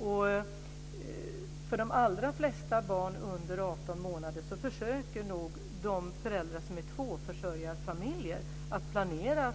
Vad gäller de allra flesta barn under 18 månader försöker nog de föräldrar som ingår i tvåförsörjarfamiljer planera